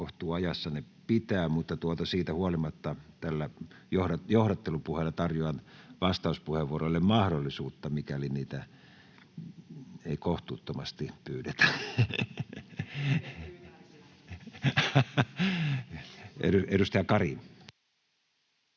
kohtuuajassa ne pitää, mutta siitä huolimatta tällä johdattelupuheella tarjoan vastauspuheenvuoroille mahdollisuutta, mikäli niitä ei kohtuuttomasti pyydetä.